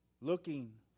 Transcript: looking